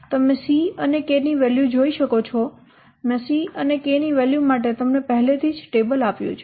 તમે c અને k ની વેલ્યુ જોઈ શકો છો મેં c અને k ની વેલ્યુ માટે તમને પહેલેથી જ ટેબલ આપ્યું છે